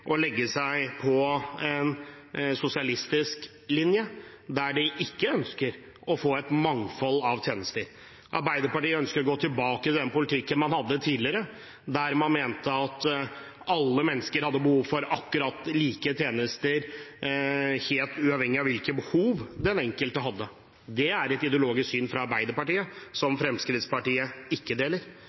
legge seg på en sosialistisk linje, der de ikke ønsker å få et mangfold av tjenester. Arbeiderpartiet ønsker å gå tilbake til den politikken man hadde tidligere, der man mente at alle mennesker hadde behov for akkurat like tjenester, helt uavhengig av hvilke behov den enkelte hadde. Det er et ideologisk syn fra Arbeiderpartiet som Fremskrittspartiet ikke deler.